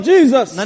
Jesus